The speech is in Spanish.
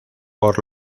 por